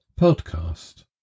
podcast